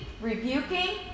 rebuking